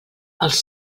els